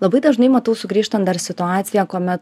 labai dažnai matau sugrįžtant dar situaciją kuomet